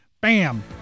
Bam